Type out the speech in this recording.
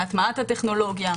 בהטמעת הטכנולוגיה,